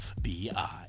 FBI